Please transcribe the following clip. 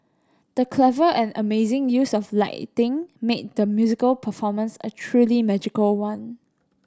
the clever and amazing use of lighting made the musical performance a truly magical one